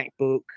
MacBook